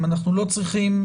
אם אנחנו לא צריכים